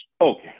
Okay